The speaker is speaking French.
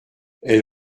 elle